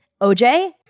OJ